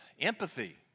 Empathy